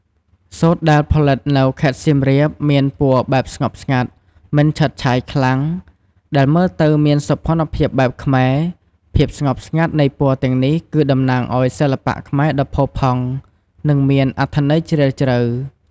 សូត្រដែលផលិតនៅខេត្តសៀមរាបមានពណ៌បែបស្ងប់ស្ងាត់ មិនឆើតឆាយខ្លាំង ដែលមើលទៅមានសោភ័ណភាពបែបខ្មែរ ភាពស្ងប់ស្ងាត់នៃពណ៌ទាំងនេះគឺតំណាងឲ្យសិល្បៈខ្មែរដ៏ផូរផង់ និងមានអត្ថន័យជ្រាលជ្រៅ។